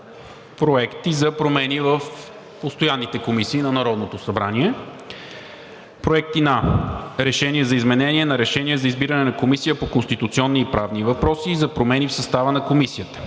проекти за промени в постоянните комисии на Народното събрание. Проекти на: Решение за изменение на Решение за избиране на Комисията по конституционни и правни въпроси и за промени в състава на Комисията;